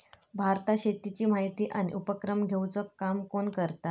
भारतात शेतीची माहिती आणि उपक्रम घेवचा काम कोण करता?